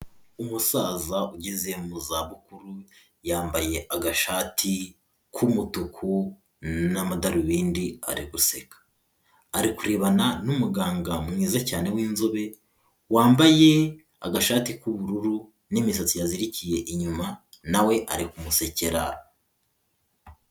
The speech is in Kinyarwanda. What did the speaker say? Umusaza ugeze mu za bukuru yambaye agashati k'umutuku n'amadarubindi ari guseka, ari kurebana n'umuganga mwiza cyane w'inzobe wambaye agashati k'ubururu n'misatsi yazirikiye inyuma nawe ari kumusekera.